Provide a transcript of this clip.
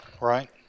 right